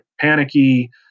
panicky